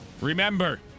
Remember